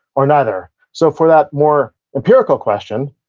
or neither? so, for that more empirical question,